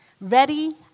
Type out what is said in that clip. ready